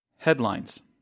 Headlines